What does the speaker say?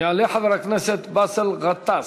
יעלה חבר הכנסת באסל גטאס.